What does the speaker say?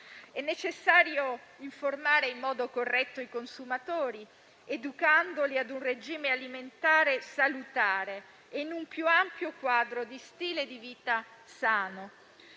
È necessario informare in modo corretto i consumatori, educandoli ad un regime alimentare salutare, in un più ampio quadro di stile di vita sano.